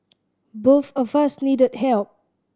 both of us needed help